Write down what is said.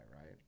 right